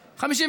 נתקבלה.